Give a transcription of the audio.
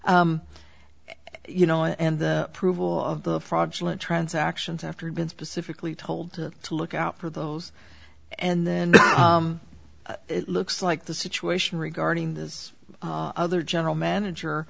you know and that prove all of the fraudulent transactions after been specifically told to look out for those and then it looks like the situation regarding this other general manager